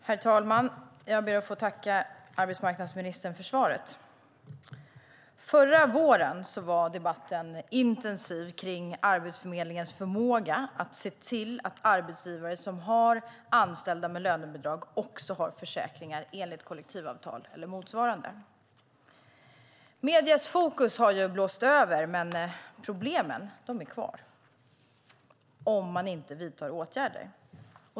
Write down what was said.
Herr talman! Jag ber att få tacka arbetsmarknadsministern för svaret. Förra våren var debatten intensiv kring Arbetsförmedlingens förmåga att se till att arbetsgivare som har anställda med lönebidrag också har försäkringar enligt kollektivavtal eller motsvarande. Mediernas fokus har blåst över, men problemen är kvar - om man inte vidtar åtgärder.